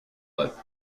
let